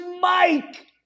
Mike